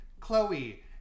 Chloe